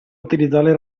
utilizzare